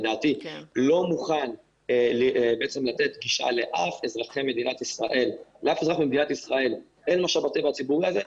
לדעתי לא מוכן לתת גישה למי מאזרחי ישראל אל משאב הטבע הציבורי הזה,